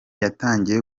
yatangiye